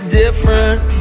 different